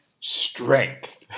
strength